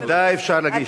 בוודאי אפשר להגיש.